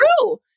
true